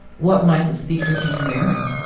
what might the speaker be wearing?